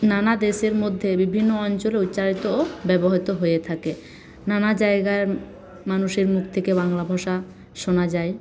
নানা দেশের মধ্যে বিভিন্ন অঞ্চলে উচ্চারিত ও ব্যবহৃত হয়ে থাকে নানা জায়গার মানুষের মুখ থেকে বাংলা ভাষা শোনা যায়